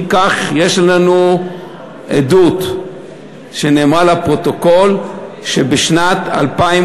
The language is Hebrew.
אם כך, יש לנו עדות שנאמרה לפרוטוקול שבשנת 2012